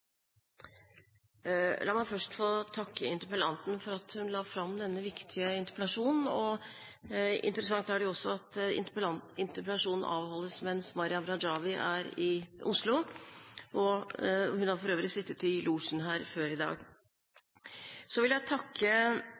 La meg først få takke interpellanten for at hun la fram denne viktige interpellasjonen. Interessant er det også at interpellasjonen avholdes mens Maryam Rajavi er i Oslo. Hun har for øvrig sittet i losjen her før i dag. Så vil jeg takke